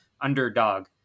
underdog